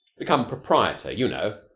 become proprietor, you know.